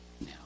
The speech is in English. now